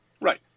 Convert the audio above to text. right